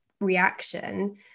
reaction